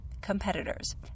competitors